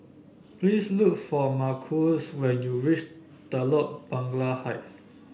please look for Marquez when you reach Telok Blangah Height